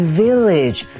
village